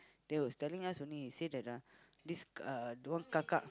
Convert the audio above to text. they was telling us only say that uh this uh the one kakak